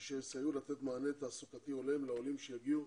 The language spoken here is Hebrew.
אשר יסייעו לתת מענה תעסוקתי הולם לעולים שיגיעו